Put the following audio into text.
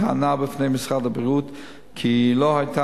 טענה בפני משרד הבריאות כי לא היתה